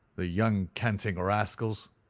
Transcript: the young canting rascals!